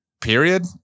period